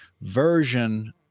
version